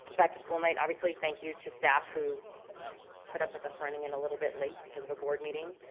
back to school night, obviously thank you to staff who put up with us running in a little bit late because of a board meeting.